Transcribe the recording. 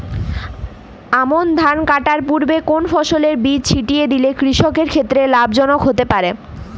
আমন ধান কাটার পূর্বে কোন ফসলের বীজ ছিটিয়ে দিলে কৃষকের ক্ষেত্রে লাভজনক হতে পারে?